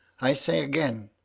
i say again,